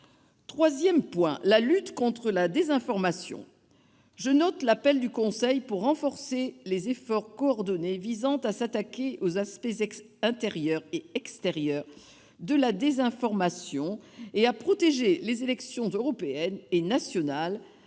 Troisième point : la lutte contre la désinformation. Je note l'appel du Conseil pour renforcer les efforts coordonnés visant à s'attaquer aux aspects intérieurs et extérieurs de la désinformation et à protéger les élections européennes et nationales